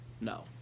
no